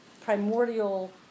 primordial